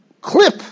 clip